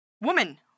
woman